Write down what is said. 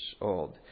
old